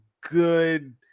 good